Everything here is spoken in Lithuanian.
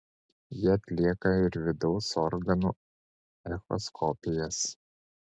ji atlieka ir vidaus organų echoskopijas